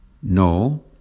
No